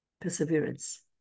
perseverance